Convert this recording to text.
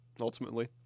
ultimately